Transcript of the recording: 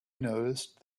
noticed